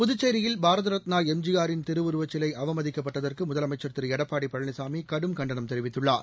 புதுச்சோியில் Bharat Ratna M G ஆரின் திருவுருவச்சிலை அவமதிக்கப்பட்டதற்கு முதலமைச்சா் திரு எடப்பாடி பழனிசாமி கடும் கண்டனம் தெரிவித்துள்ளார்